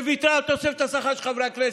שוויתרה על תוספת השכר של חברי הכנסת.